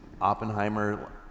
Oppenheimer